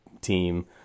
team